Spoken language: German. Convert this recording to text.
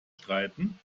streiten